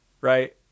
right